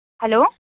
hello